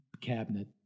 cabinet